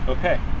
Okay